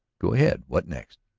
go ahead. what next?